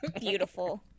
Beautiful